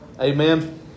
amen